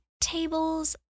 tables